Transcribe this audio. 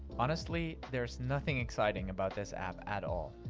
honestly, there's nothing exciting about this app at all,